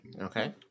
Okay